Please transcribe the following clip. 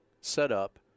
setup